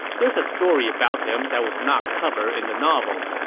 there's a story about him that was not covered in the novel.